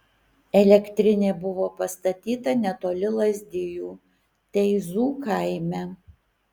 elektrinė buvo pastatyta netoli lazdijų teizų kaime